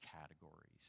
categories